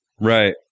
Right